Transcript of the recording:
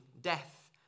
death